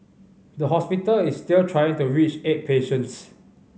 the hospital is still trying to reach eight patients